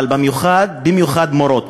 אבל במיוחד מורות.